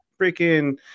freaking